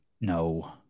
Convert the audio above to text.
no